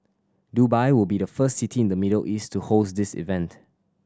Dubai will be the first city in the Middle East to host this event